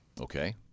Okay